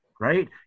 right